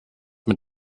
mit